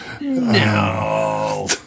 No